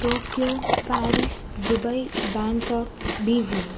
Tokyo Paris Dubai Bangkok Beijing